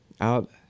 out